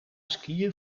skiën